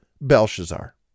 Belshazzar